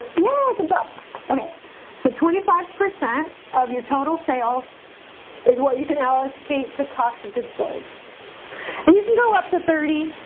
yeah, i can job okay so twenty five percent of your total sales is what you can allocate to cost of goods sold and you can go up to thirty,